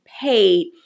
paid